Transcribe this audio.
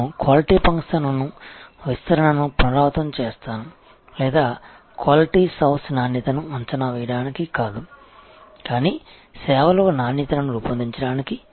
నేను quality function విస్తరణను పునరావృతం చేస్తాను లేదా క్వాలిటీస్ హౌస్ నాణ్యతను అంచనా వేయడానికి కాదు కానీ సేవలో నాణ్యతను రూపొందించడానికి